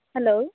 hello